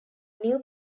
new